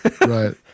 Right